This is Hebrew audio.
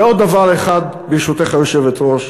ועוד דבר אחד, ברשותך, היושבת-ראש.